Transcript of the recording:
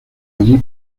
allí